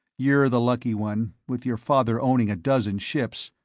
you're the lucky one, with your father owning a dozen ships!